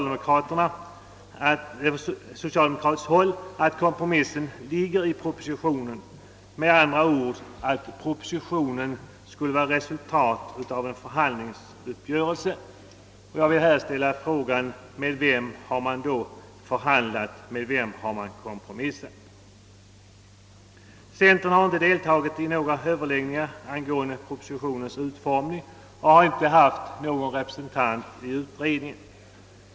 Det påstås från socialdemokratiskt håll att kompromissen ligger i propositionen, med andra ord att propositionen skulle vara resultatet av en förhandlingsuppgörelse. Med vem har man då förhandlat, med vem har man kompromissat? Centern har inte deltagit i några överläggningar angående propositionens utformning och har inte haft någon representant i utredningen.